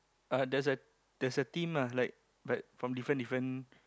uh there's a there's a team ah like like from different different